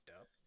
up